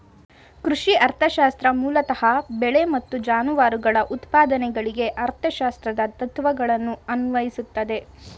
ಕೃಷಿ ಅರ್ಥಶಾಸ್ತ್ರ ಮೂಲತಃ ಬೆಳೆ ಮತ್ತು ಜಾನುವಾರುಗಳ ಉತ್ಪಾದನೆಗಳಿಗೆ ಅರ್ಥಶಾಸ್ತ್ರದ ತತ್ವಗಳನ್ನು ಅನ್ವಯಿಸ್ತದೆ